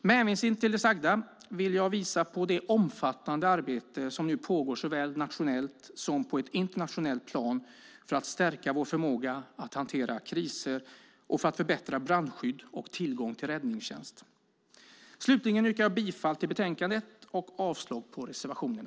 Med det sagda vill jag visa på det omfattande arbete som nu pågår såväl nationellt som på ett internationellt plan för att stärka vår förmåga att hantera kriser och för att förbättra brandskydd och tillgång till räddningstjänst. Slutligen yrkar jag bifall till förslaget i betänkandet och avslag på reservationerna.